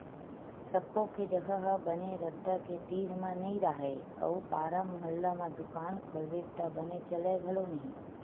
सब्बो के जघा ह बने रद्दा के तीर म नइ राहय अउ पारा मुहल्ला म दुकान खोलबे त बने चलय घलो नहि